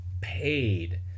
paid